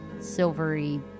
silvery